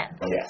Yes